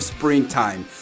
Springtime